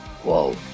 Whoa